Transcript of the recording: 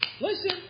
Listen